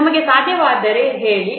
ನಮಗೆ ಸಾಧ್ಯವಾದರೆ ಹೇಳಿ